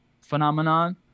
phenomenon